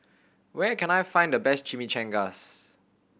where can I find the best Chimichangas